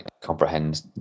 comprehend